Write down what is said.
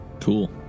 Cool